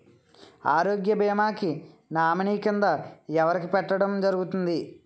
ఆరోగ్య భీమా కి నామినీ కిందా ఎవరిని పెట్టడం జరుగతుంది?